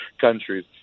countries